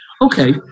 Okay